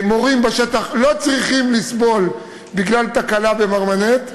מורים בשטח לא צריכים לסבול בגלל תקלה ב"מרמנת".